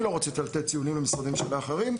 אני לא רוצה לתת ציונים למשרדים אחרים,